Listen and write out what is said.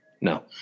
No